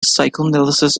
psychoanalysis